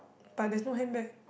but there's no handbag